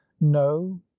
no